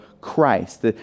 Christ